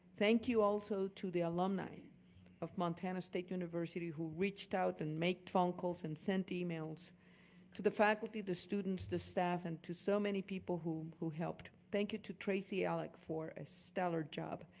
thank you also to the alumni of montana state university who reached out and make phone calls and sent emails to the faculty, to students, to staff, and to so many people who who helped. thank you to tracy ellig for a stellar job.